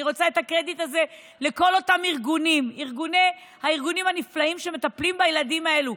אני רוצה את הקרדיט הזה לכל אותם הארגונים הנפלאים שמטפלים בילדים האלה.